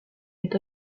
est